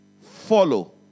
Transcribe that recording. follow